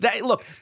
look